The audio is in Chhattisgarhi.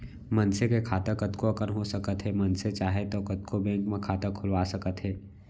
मनसे के खाता कतको अकन हो सकत हे मनसे चाहे तौ कतको बेंक म खाता खोलवा सकत हे